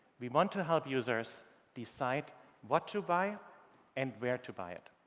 we want to to help users decide what to buy and where to buy it.